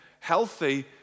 healthy